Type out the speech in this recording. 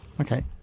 Okay